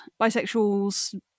bisexuals